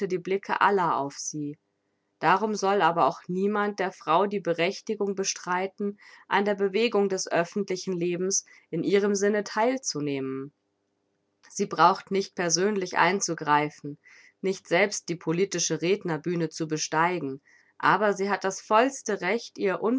die blicke aller auf sie darum soll aber auch niemand der frau die berechtigung bestreiten an der bewegung des öffentlichen lebens in ihrem sinne theil zu nehmen sie braucht nicht persönlich einzugreifen nicht selbst die politische rednerbühne zu besteigen aber sie hat das vollste recht ihr